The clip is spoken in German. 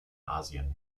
asien